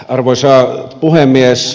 arvoisa puhemies